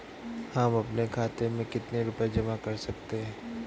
हम अपने खाते में कितनी रूपए जमा कर सकते हैं?